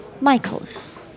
Michaels